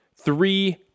three